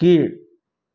கீழ்